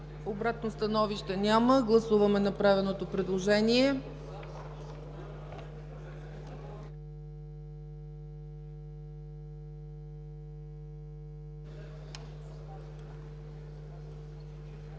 Обратно становище? Няма. Гласуваме направеното предложение.